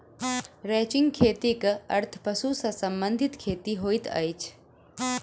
ranching खेतीक अर्थ पशु सॅ संबंधित खेती होइत अछि